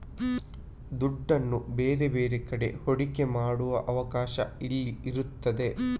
ದುಡ್ಡನ್ನ ಬೇರೆ ಬೇರೆ ಕಡೆ ಹೂಡಿಕೆ ಮಾಡುವ ಅವಕಾಶ ಇಲ್ಲಿ ಇರ್ತದೆ